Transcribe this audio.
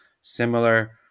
similar